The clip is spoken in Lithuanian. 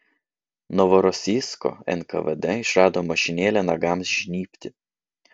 novorosijsko nkvd išrado mašinėlę nagams žnybti